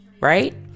right